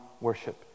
worship